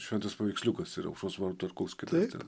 šventas paveiksliukas yra aušros vartų ar koks kitas te